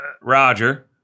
Roger